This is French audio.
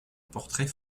portrait